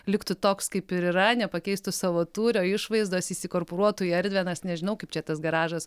liktų toks kaip ir yra nepakeistų savo tūrio išvaizdos įsikorporuotų į erdvę nes nežinau kaip čia tas garažas